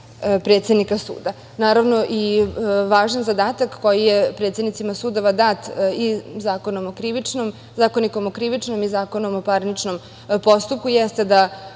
predsednika suda. Naravno, važan zadatak koji predsednicima sudova dat i Zakonikom o krivičnom i Zakonom o parničnom postupku jeste da